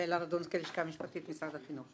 בלה רדונסקי, לשכה משפטית, משרד החינוך.